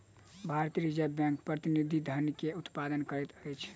भारतीय reserve bank प्रतिनिधि धन के उत्पादन करैत अछि